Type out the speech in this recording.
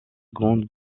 grande